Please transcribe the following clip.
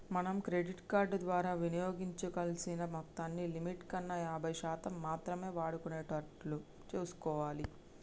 మనం credit card ద్వారా వినియోగించాల్సిన మొత్తాన్ని లిమిట్ కన్నా యాభై శాతం మాత్రమే వాడుకునేటట్లు చూసుకోవాలి